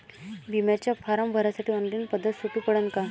बिम्याचा फारम भरासाठी ऑनलाईन पद्धत सोपी पडन का?